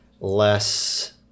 less